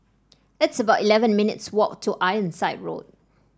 it's about eleven minutes' walk to Ironside Road